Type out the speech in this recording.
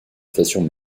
stations